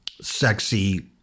sexy